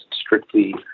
strictly